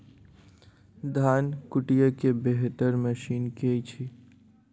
धान कुटय केँ बेहतर मशीन केँ छै?